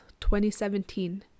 2017